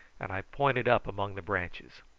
and i pointed up among the branches.